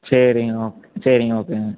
சரிங்க ஓக் சரிங்க ஓகேங்க